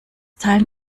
teilen